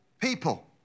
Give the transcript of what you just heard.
people